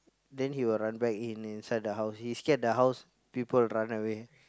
then he will run back in inside the house he scared the house people run away